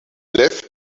left